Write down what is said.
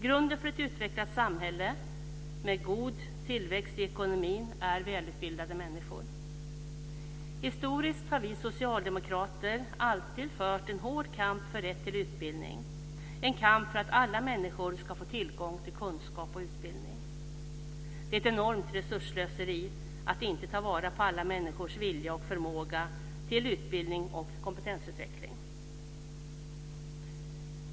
Grunden för ett utvecklat samhälle med god tillväxt i ekonomin är välutbildade människor. Historiskt har vi socialdemokrater alltid fört en hård kamp för rätt till utbildning - en kamp för att alla människor ska få tillgång till kunskap och utbildning. Det är ett enormt resursslöseri att inte ta vara på alla människors vilja och förmåga till utbildning och kompetensutveckling.